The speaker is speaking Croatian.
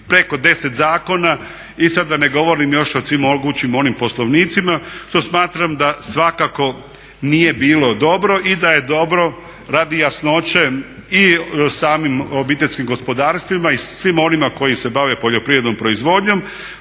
preko 10 zakona i sada da ne govorim još o svim mogućim onim poslovnicima što smatram da svakako nije bilo dobro i da je dobro radi jasnoće i samih obiteljskim gospodarstvima i svim onima koji se bave poljoprivrednom proizvodnjom